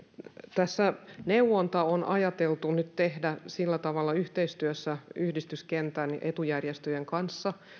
tässä neuvonta on ajateltu nyt tehdä sillä tavalla yhteistyössä yhdistyskentän ja etujärjestöjen kanssa